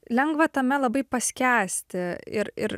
lengva tame labai paskęsti ir ir